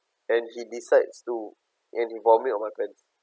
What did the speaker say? then he decides to and he vomits on my pants